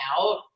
out